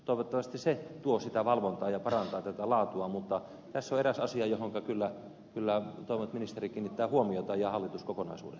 toivottavasti se tuo sitä valvontaa ja parantaa laatua mutta tässä on eräs asia johon kyllä toivon että ministeri ja hallitus kokonaisuudessaan kiinnittää huomiota